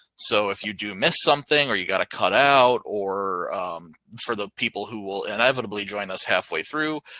so if you do miss something or you got to cut out or for the people who will inevitably join us halfway through,